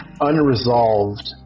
unresolved